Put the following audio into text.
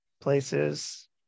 places